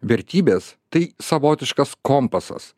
vertybės tai savotiškas kompasas